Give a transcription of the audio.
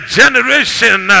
generation